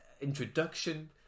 introduction